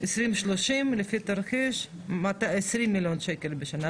לפי תרחיש, 20 מיליארד שקל בשנה.